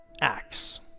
acts